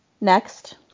next